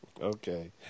Okay